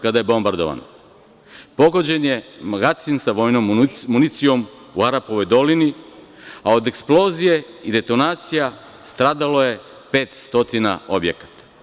Kada je bombardovan pogođen je magacin sa vojnom municijom u Arapovoj dolini, a od eksplozije i detonacija stradalo je 500 objekata.